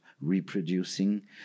reproducing